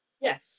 Yes